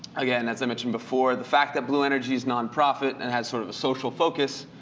again, as i mentioned before, the fact that blueenergy is nonprofit, and has sort of social focus,